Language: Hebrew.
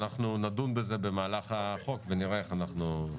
אנחנו נדון בזה במהלך החקיקה ונראה איך מטפלים בזה.